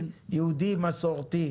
אני יהודי מסורתי.